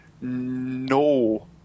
no